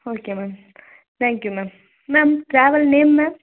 okay ma'am thank you ma'am ma'am travel name ma'am